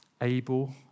able